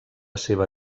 seva